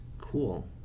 Cool